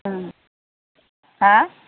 ओं हा